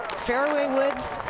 fairway woods.